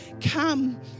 come